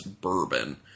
bourbon